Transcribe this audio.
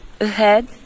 Ahead